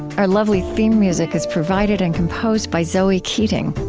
our lovely theme music is provided and composed by zoe keating.